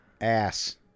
Ass